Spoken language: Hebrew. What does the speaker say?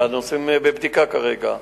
הנושא בבדיקה כרגע.